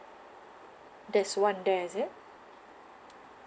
there's one there is it